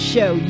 Show